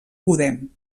podem